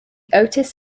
otis